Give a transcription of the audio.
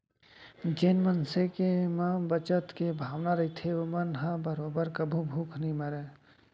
जेन मनसे के म बचत के भावना रहिथे ओमन ह बरोबर कभू भूख नइ मरय